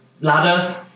ladder